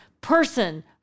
person